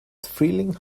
thrilling